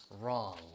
wrong